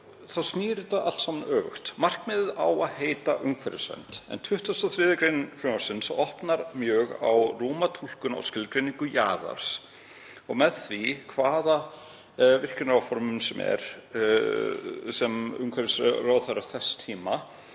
þá snýr þetta allt saman öfugt. Markmiðið á að heita umhverfisvernd en 23. gr. frumvarpsins opnar mjög á rúma túlkun á skilgreiningu jaðars og opnar með því á hvaða virkjunaráform sem er, sem umhverfisráðherra þess tíma